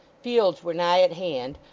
fields were nigh at hand,